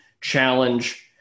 challenge